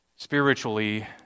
Spiritually